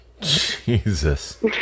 Jesus